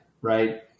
right